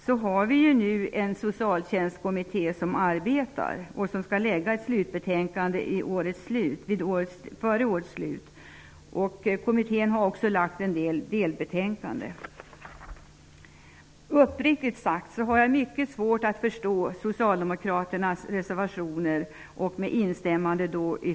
Vi har ju nu en socialtjänstkommitté som arbetar och som skall lägga fram sitt slutbetänkande före årets slut. Kommittén har också lagt fram en del delbetänkanden. Uppriktigt sagt har jag mycket svårt att förstå Vänsterpartiet har instämt i.